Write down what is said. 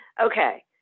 okay